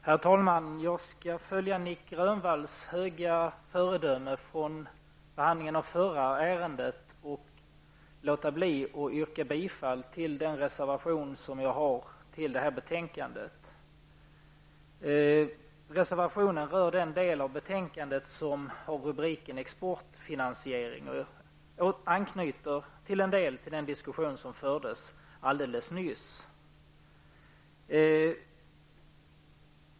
Herr talman! Jag skall följa Nic Grönvalls höga föredöme från behandlingen av förra ärendet och låta bli att yrka bifall till den reservation som jag har avgivit till det här betänkandet. Reservationen rör den del av betänkandet som har rubriken Exportfinansiering och anknyter till en del av den diskussion som fördes alldeles nyss.